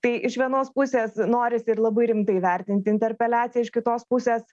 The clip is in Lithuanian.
tai iš vienos pusės norisi ir labai rimtai vertinti interpeliaciją iš kitos pusės